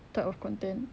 type of content